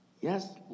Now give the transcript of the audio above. Yes